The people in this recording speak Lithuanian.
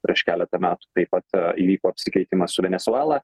prieš keletą metų taip pat įvyko apsikeitimas su venesuela